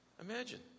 Imagine